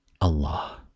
Allah